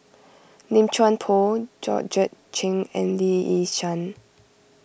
Lim Chuan Poh Georgette Chen and Lee Yi Shyan